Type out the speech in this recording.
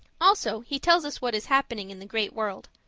also he tells us what is happening in the great world.